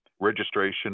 registration